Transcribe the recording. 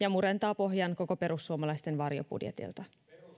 ja murentaa pohjan koko perussuomalaisten varjobudjetilta